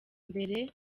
mbere